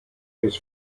his